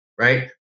right